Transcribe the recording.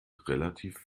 relativ